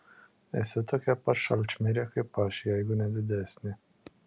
esi tokia pat šalčmirė kaip aš jeigu ne didesnė